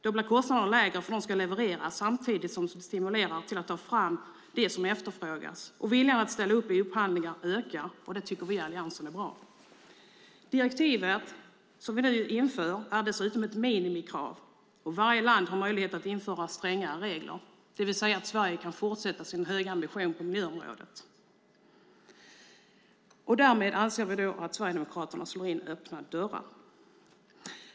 Då blir kostnaden lägre för dem som ska leverera samtidigt som det stimulerar till att ta fram det som efterfrågas, och viljan att ställa upp i upphandlingar ökar, vilket vi i Alliansen tycker är bra. Direktivet som vi nu inför innebär dessutom ett minimikrav, och varje land har möjlighet att införa strängare regler. Sverige kan alltså fortsätta ha sin höga ambition på miljöområdet. Därmed anser vi att Sverigedemokraterna slår in öppna dörrar.